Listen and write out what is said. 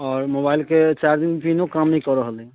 आओर मोबाइलके चार्जिङ्ग पिनो काम नहि कऽ रहल अइ